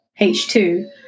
H2